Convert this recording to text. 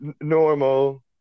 normal